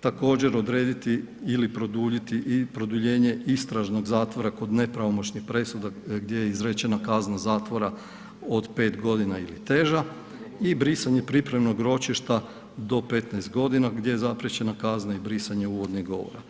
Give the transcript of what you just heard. također odrediti ili produljiti i produljenje istražnog zatvora kod nepravomoćnih presuda gdje je izrečena kazna zatvora od pet godina ili teža i brisanje pripremnog ročišta do 15 godine gdje je zapriječena kazna i brisanje uvodnih govora.